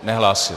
Nehlásil.